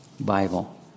Bible